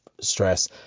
stress